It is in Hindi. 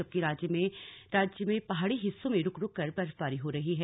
जबकि राज्य में पहाड़ी हिस्सों में रुक रुक कर बर्फबारी हो रही है